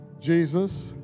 Jesus